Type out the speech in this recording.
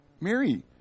Mary